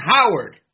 Howard